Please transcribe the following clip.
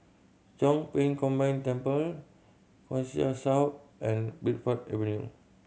Chong Pang Combined Temple Connexis South and Bridport Avenue